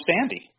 Sandy